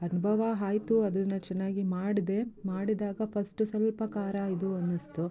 ಅನುಭವ ಆಯ್ತು ಅದನ್ನು ಚೆನ್ನಾಗಿ ಮಾಡಿದೆ ಮಾಡಿದಾಗ ಪಸ್ಟ್ ಸ್ವಲ್ಪ ಖಾರ ಇದು ಅನ್ನಿಸ್ತು